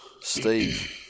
Steve